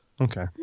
Okay